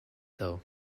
though